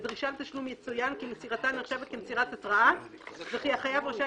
בדרישה לתשלום יצוין כי מסירתה נחשבת כמסירת התראה וכי החייב רשאי